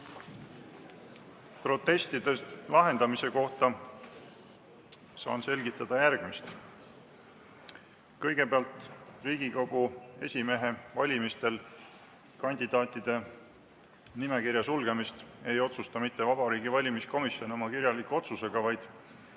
Protestide lahendamise kohta saan selgitada järgmist. Kõigepealt, Riigikogu esimehe valimistel kandidaatide nimekirja sulgemist ei otsusta mitte Vabariigi Valimiskomisjon oma kirjaliku otsusega, vaid